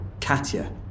Katya